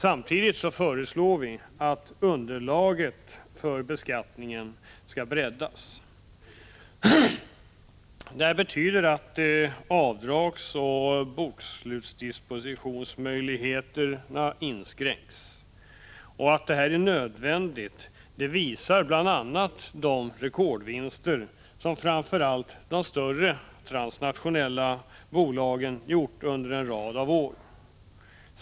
Samtidigt föreslår vi att underlaget för beskattningen skall breddas. Detta betyder att avdragsoch bokslutsdispositionsmöjligheterna inskränks. Att detta är nödvändigt visar bl.a. de rekordvinster som framför allt de större transnationella bolagen gjort under en rad av år.